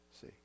See